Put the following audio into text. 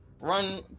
run